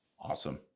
Awesome